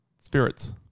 spirits